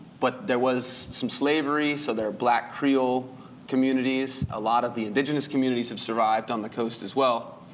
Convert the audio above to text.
but there was some slavery, so there are black creole communities. a lot of the indigenous communities have survived on the coast as well.